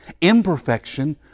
imperfection